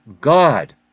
God